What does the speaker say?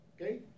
okay